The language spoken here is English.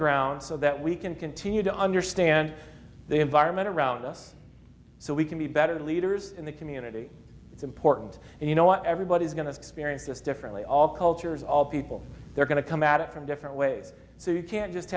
ground so that we can continue to understand the environment around us so we can be better leaders in the community it's important you know what everybody is going to experience this differently all cultures all people they're going to come at it from different ways so you can't just